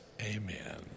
amen